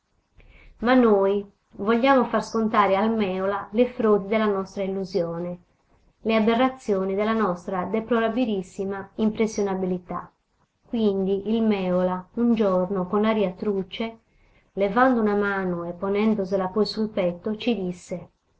ma noi vogliamo far scontare al mèola le frodi della nostra illusione le aberrazioni della nostra deplorabilissima impressionabilità quando il mèola un giorno con aria truce levando una mano e ponendosela poi sul petto ci disse